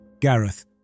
Gareth